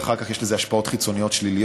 ואחר כך יש לזה השפעות חיצוניות שליליות,